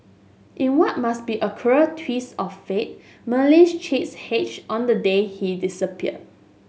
in what must be a cruel twist of fate Marilyn's chicks hatched on the day he disappeared